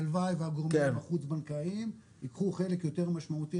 הלוואי והגורמים החוץ בנקאיים יקחו חלק יותר משמעותי,